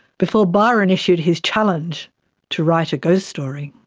before byron issued his challenge to write a ghost story.